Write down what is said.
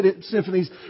Symphonies